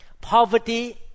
Poverty